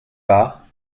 pas